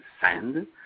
sand